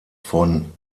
von